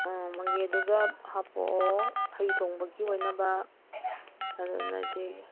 ꯑꯥ ꯃꯪꯒꯦꯗꯨꯒ ꯍꯥꯄꯛꯑꯣ ꯍꯩ ꯊꯣꯡꯕꯒꯤ ꯑꯣꯏꯅꯕ ꯑꯗꯨꯅꯗꯤ